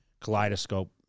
Kaleidoscope